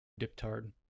Diptard